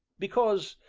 because,